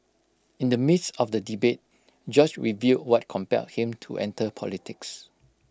in the midst of the debate George revealed what compelled him to enter politics